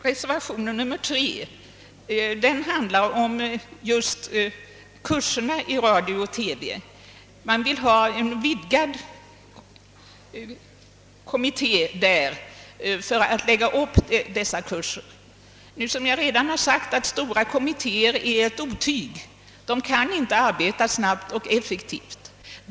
Reservationen nr 3 handlar om kurserna i radio och TV. Man vill ha en vidgad kommitté för att lägga upp dessa kurser. Som jag redan har sagt är stora kommittéer ett otyg. De kan inte arbeta snabbt och effektivt.